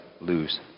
lose